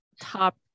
top